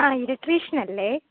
ആ ഇലക്ട്രീഷ്യൻ അല്ലേ